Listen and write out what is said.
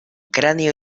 cráneo